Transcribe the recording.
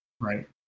Right